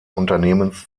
unternehmens